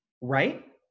Right